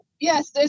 Yes